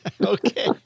Okay